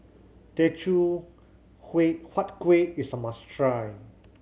Teochew Huat Kueh is a must try